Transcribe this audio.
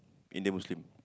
Indian Muslim